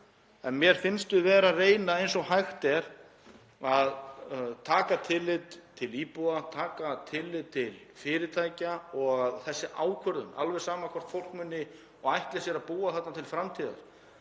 en mér finnst við vera að reyna eins og hægt er að taka tillit til íbúa, taka tillit til fyrirtækja og að þessi ákvörðun, alveg sama hvort fólk muni og ætli sér að búa þarna til framtíðar,